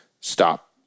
stop